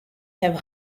have